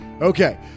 Okay